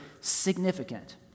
significant